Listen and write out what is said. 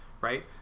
right